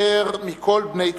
יותר מכל בני תקופתנו".